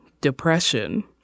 depression